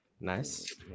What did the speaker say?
Nice